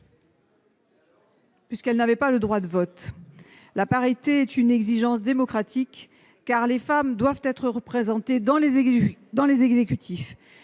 puisqu'elles n'avaient pas le droit de vote. La parité est une exigence démocratique : les femmes doivent être représentées dans les exécutifs.